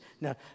Now